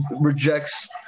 rejects